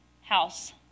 house